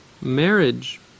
Marriage